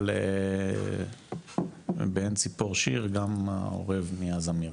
אבל באין ציפור שיר, גם העורב נהיה זמיר.